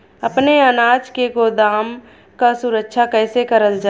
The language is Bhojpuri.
अपने अनाज के गोदाम क सुरक्षा कइसे करल जा?